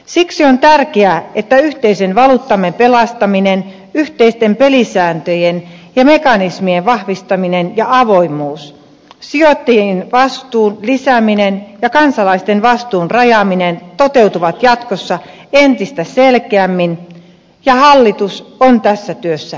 siksi on tärkeää että yhteisen valuuttamme pelastaminen yhteisten pelisääntöjen ja mekanismien vahvistaminen ja avoimuus sijoittajien vastuun lisääminen ja kansalaisten vastuun rajaaminen toteutuvat jatkossa entistä selkeämmin ja hallitus on tässä työssä määrätietoinen